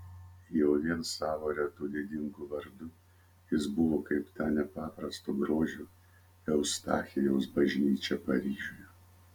jau vien savo retu didingu vardu jis buvo kaip ta nepaprasto grožio eustachijaus bažnyčia paryžiuje